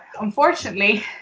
unfortunately